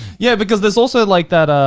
yeah, because there's also like that. ah